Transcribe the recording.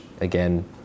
again